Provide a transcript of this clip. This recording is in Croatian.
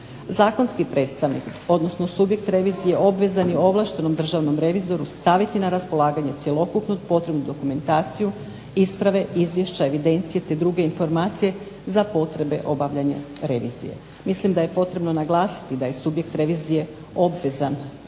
Zakonski predstavnik, odnosno subjekt revizije obvezan je ovlaštenom državnom revizoru staviti na raspolaganje cjelokupnu potrebnu dokumentaciju, isprave, izvješća, evidencije te druge informacije za potrebe obavljanja revizije. Mislim da je potrebno naglasiti da je subjekt revizije obvezan ovlaštenom